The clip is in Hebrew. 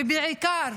ובעיקר